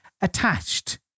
attached